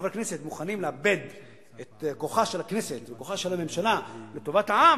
שחברי כנסת מוכנים לאבד את כוחה של הכנסת וכוחה של הממשלה לטובת העם,